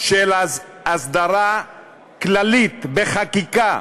של הסדרה כללית בחקיקה,